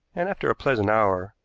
and after a pleasant hour,